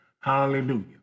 Hallelujah